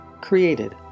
created